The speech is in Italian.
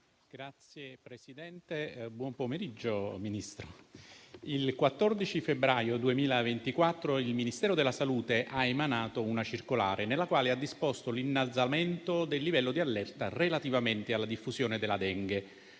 finestra") *(M5S)*. Signor Ministro, il 14 febbraio 2024 il Ministero della salute ha emanato una circolare nella quale ha disposto l'innalzamento del livello di allerta relativamente alla diffusione della Dengue,